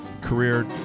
career